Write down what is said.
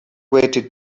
weighted